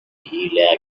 إلى